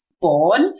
born